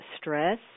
stress